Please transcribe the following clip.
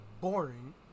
boring